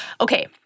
okay